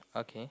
okay